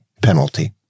penalty